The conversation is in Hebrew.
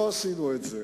לא עשינו את זה.